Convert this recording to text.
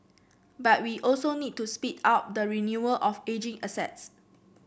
but we also need to speed up the renewal of ageing assets